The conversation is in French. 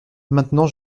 maintenant